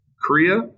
Korea